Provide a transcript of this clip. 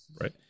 Right